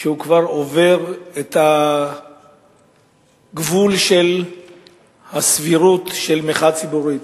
שהוא כבר עובר את הגבול של הסבירות של מחאה ציבורית.